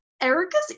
Erica's